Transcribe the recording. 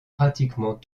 pratiquement